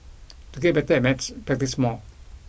to get better at maths practise more